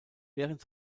während